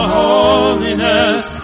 holiness